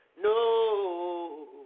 No